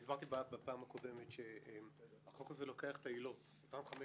הסברתי בפעם הקודמת שהחוק הזה לוקח את אותן חמש